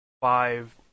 five